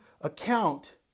account